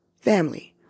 family